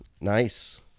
Nice